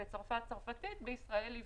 בצרפת צרפתית, בישראל עברית.